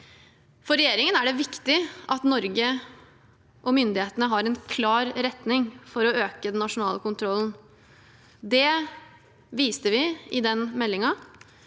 For regjeringen er det viktig at Norge og myndighetene har en klar retning for å øke den nasjonale kontrollen. Det viste vi i den meldingen.